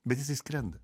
bet jisai skrenda